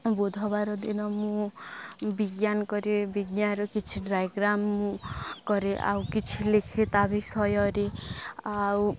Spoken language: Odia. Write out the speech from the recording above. ବୁଧବାର ଦିନ ମୁଁ ବିଜ୍ଞାନ କରେ ବିଜ୍ଞାନର କିଛି ଡାଇଗ୍ରାମ୍ ମୁଁ କରେ ଆଉ କିଛି ଲେଖେ ତା' ବିଷୟରେ ଆଉ